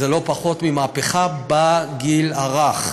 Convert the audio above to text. זה לא פחות ממהפכה בגיל הרך.